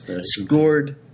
scored